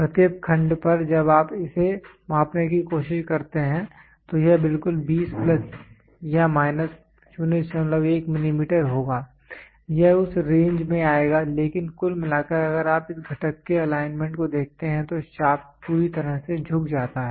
प्रत्येक खंड पर जब आप इसे मापने की कोशिश करते हैं तो यह बिल्कुल 20 प्लस या माइनस 01 मिलीमीटर होगा यह उस रेंज में आएगा लेकिन कुल मिलाकर अगर आप इस घटक के एलाइनमेंट को देखते हैं तो शाफ्ट पूरी तरह से झुक जाता है